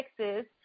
texas